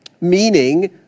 Meaning